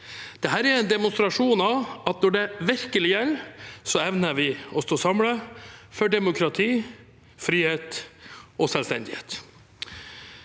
Dette er en demonstrasjon av at når det virkelig gjelder, evner vi å stå samlet for demokrati, frihet og selvstendighet.